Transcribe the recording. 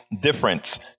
difference